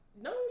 no